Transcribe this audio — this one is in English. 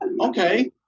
Okay